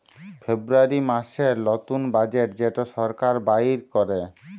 ফেব্রুয়ারী মাসের লতুল বাজেট যেট সরকার বাইর ক্যরে